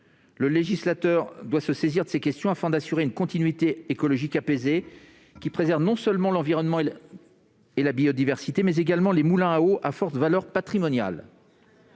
Le législateur doit se saisir de ces questions, afin d'assurer une continuité écologique apaisée qui préserve non seulement l'environnement et la biodiversité, mais également les moulins à eau à forte valeur patrimoniale.